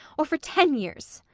or for ten years.